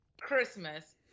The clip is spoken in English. Christmas